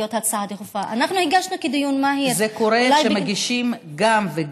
אם מישהו נמצא, יש לכם זמן